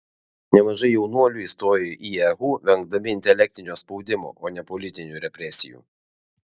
nemažai jaunuolių įstojo į ehu vengdami intelektinio spaudimo o ne politinių represijų